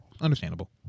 understandable